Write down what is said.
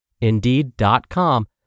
Indeed.com